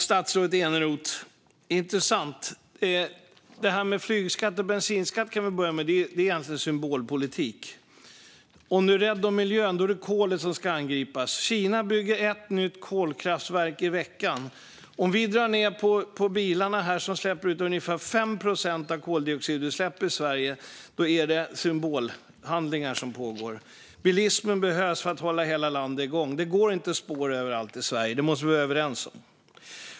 Fru talman och statsrådet Eneroth! Flygskatt och bensinskatt är egentligen symbolpolitik. Om man är rädd om miljön är det kolet som ska angripas. Kina bygger ett nytt kolkraftverk i veckan. När vi drar ned på bilarna som står för ungefär 5 procent av Sveriges koldioxidutsläpp är det symbolhandlingar. Bilismen behövs för att hålla hela landet igång. Att det inte går spår överallt i Sverige måste vi vara överens om.